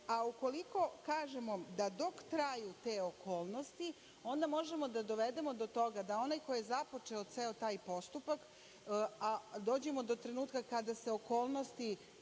Ukoliko kažemo da dok traju te okolnosti, onda možemo da dovedemo do toga, da onaj ko je započeo ceo taj postupak, a dođemo do trenutka kada se okolnosti